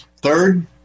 Third